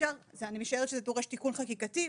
ואני משערת שזה דורש תיקון חקיקתי,